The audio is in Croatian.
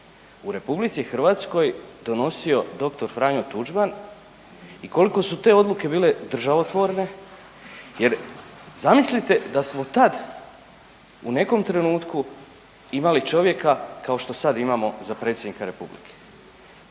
u RH donosio dr. Franjo Tuđman i koliko su te odluke bile državotvorne. Jer zamislite da smo tad u nekom trenutku imali čovjeka kao što sad imamo za predsjednika Republike.